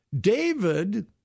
David